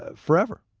ah forever.